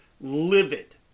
livid